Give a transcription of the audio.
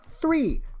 three